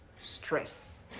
stress